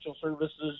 services